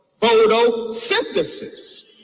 photosynthesis